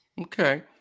Okay